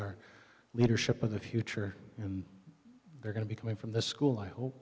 our leadership of the future and they're going to be coming from this school i hope